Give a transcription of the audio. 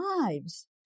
lives